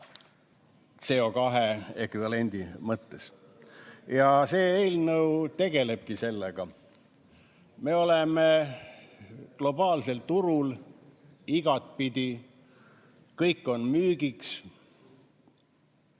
CO2ekvivalendi mõttes. See eelnõu tegelebki sellega. Me oleme globaalsel turul igatpidi, kõik on müügiks.